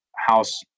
House